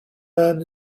man